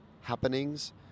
Happenings